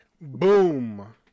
Boom